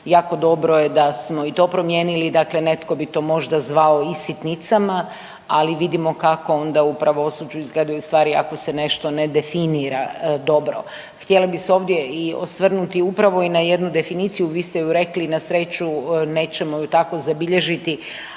jako dobro je da smo i to promijenili i dakle netko bi to možda zvao i sitnicama, ali vidimo kako onda u pravosuđu izgledaju stvari ako se nešto ne definira dobro. Htjela bih se ovdje i osvrnuti upravo i na jednu definiciju, vi ste ju rekli, na sreću, nećemo ju tako zabilježiti,